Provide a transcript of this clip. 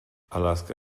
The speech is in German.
alaska